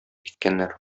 киткәннәр